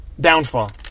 downfall